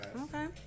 Okay